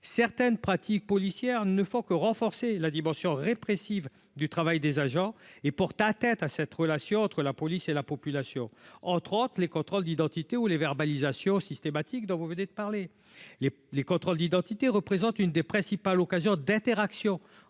certaines pratiques policières ne font que renforcer la dimension répressive du travail des agents et pour ta tête à cette relation entre la police et la population, entre autres, les contrôles d'identité ou les verbalisation systématique dont vous venez de parler les les contrôles d'identité représente une des principales occasions d'interaction